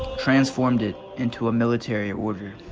transformed it into a military order.